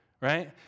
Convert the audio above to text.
right